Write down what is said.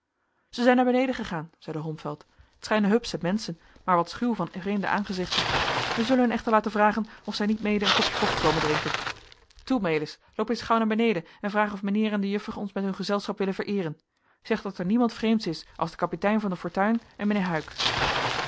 zij zijn naar beneden gegaan zeide holmfeld t schijnen hupsche menschen waar wat schuw van vreemde aangezichten wij zullen hun echter laten vragen of zij niet mede een kopje koffie komen drinken toe melis loop eens gauw naar beneden en vraag of mijnheer en de juffer ons met hun gezelschap willen vereeren zeg dat er niemand vreemds is als de kapitein van de fortuin en mijnheer huyck